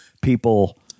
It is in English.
people